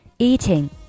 Eating